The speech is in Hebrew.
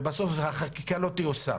ובסוף החקיקה לא תיושם.